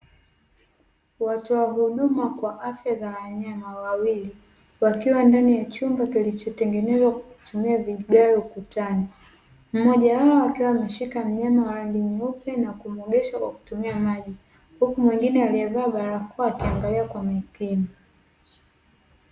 Watoa huduma wa afya za wanyama wawili wakiwa ndani ya chumba kilichotengenezwa kwa kutumia vigae ukutani, Mmoja wao akiwa ameshika mnyama wa rangi nyeupe na kumuogesha kwa kutumia maji, Huku mwingine alievaa barakoa akiangalia kwa makini.